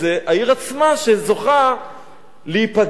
העיר עצמה זוכה להיפגע,